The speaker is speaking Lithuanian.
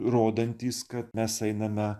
rodantys kad mes einame